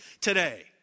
today